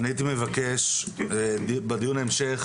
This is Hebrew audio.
אני הייתי מבקש בדיון המשך,